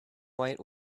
white